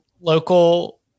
local